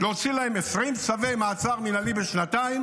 להוציא להם 20 צווי מעצר מינהלי בשנתיים?